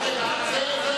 אני לא יודע.